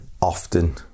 often